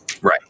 Right